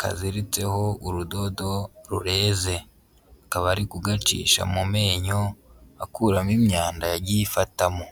kaziziritseho urudodo rureze. Akaba ari kugacisha mu menyo akuramo imyanda yagiye ifatamo.